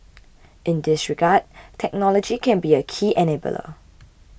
in this regard technology can be a key enabler